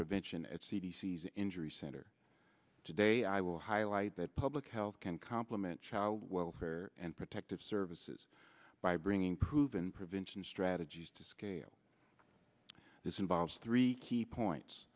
prevention at c d c s injury center today i will highlight that public health can complement child welfare and protective services by bringing proven prevention strategies to scale this involves three key points